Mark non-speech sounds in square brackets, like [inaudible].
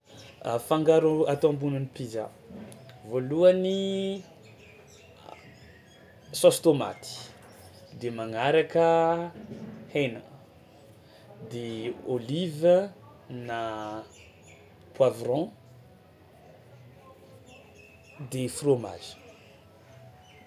A fangaro atao ambonin'ny pizza: voalohany [noise] a- saosy tômaty de magnaraka hena de ôliva na [noise] poivron [noise] de fromage.